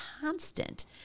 constant